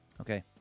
Okay